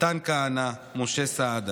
מתן כהנא ומשה סעדה,